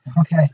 Okay